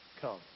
Come